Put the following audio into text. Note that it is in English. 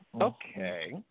Okay